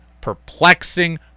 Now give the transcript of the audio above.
perplexing